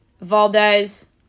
Valdez